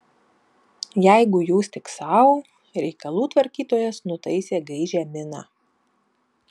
jeigu jūs tik sau reikalų tvarkytojas nutaisė gaižią miną